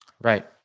Right